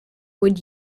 would